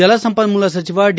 ಜಲಸಂಪನ್ನೂಲ ಸಚಿವ ಡಿ